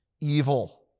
evil